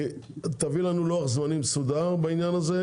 תביאי לנו לוח זמנים מסודר בעניין הזה,